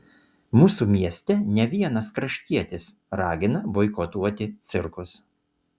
mūsų mieste ne vienas kraštietis ragina boikotuoti cirkus